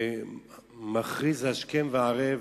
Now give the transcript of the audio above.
שמכריז השכם והערב